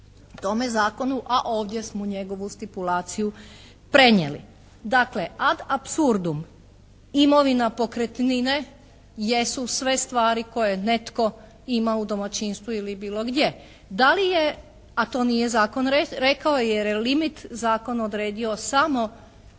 tome zakonu, a ovdje smo njegovu stipulaciju prenijeli. Dakle, ad apsurdum imovina, pokretnine jesu sve stvari koje netko ima u domaćinstvu ili bilo gdje. Da li je, a to nije zakon rekao jer je limit zakon odredio samo